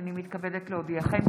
הינני מתכבדת להודיעכם,